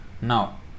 Now